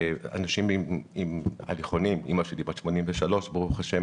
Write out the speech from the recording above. אנשים עם הליכונים אימא שלי בת 83 ברוך השם